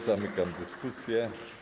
Zamykam dyskusję.